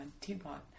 teapot